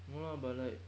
no lah but like